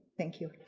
thank you!